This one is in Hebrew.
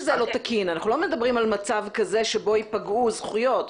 אנחנו לא מדברים על מצב כזה שבו ייפגעו זכויות.